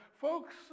folks